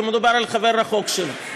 כי מדובר על חבר רחוק שלו.